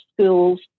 schools